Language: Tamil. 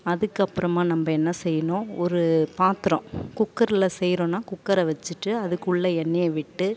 அதுக்கப்புறமா நம்ப என்ன செய்யணும் ஒரு பாத்திரம் குக்கரில் செய்கிறோன்னா குக்கரை வச்சுட்டு அதுக்குள்ளே எண்ணெயை விட்டு